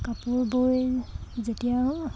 কাপোৰ বৈ যেতিয়া